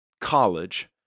college